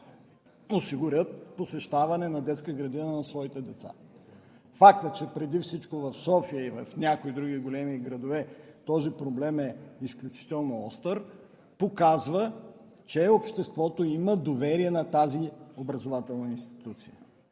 осигурят посещаване на детска градина на своите деца. Фактът, че преди всичко в София и в някои други големи градове този проблем е изключително остър, показва, че обществото има доверие на тази образователна институция.